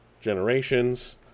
generations